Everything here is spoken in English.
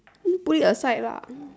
put it aside lah